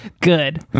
good